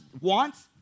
wants